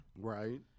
Right